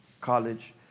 college